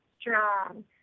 strong